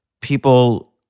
people